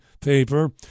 paper